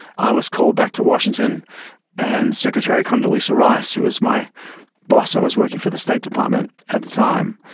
i was called back to washington and secretary condoleezza rice, who was my boss, i ah was working for the state department at the time,